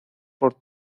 por